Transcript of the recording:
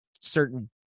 certain